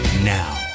Now